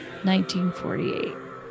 1948